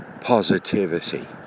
positivity